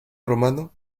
romano